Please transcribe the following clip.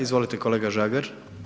Izvolite kolega Žagar.